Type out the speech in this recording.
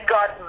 God